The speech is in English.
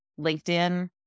LinkedIn